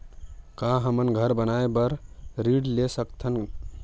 का हमन घर बनाए बार ऋण ले सकत हन?